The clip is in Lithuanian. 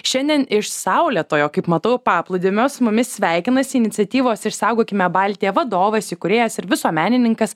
šiandien iš saulėtojo kaip matau paplūdimio su mumis sveikinasi iniciatyvos išsaugokime baltiją vadovas įkūrėjas ir visuomenininkas